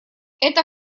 эта